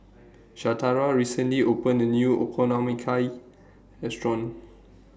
Shatara recently opened A New Okonomiyaki Restaurant